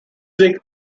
week